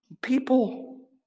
People